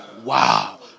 Wow